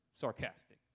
sarcastic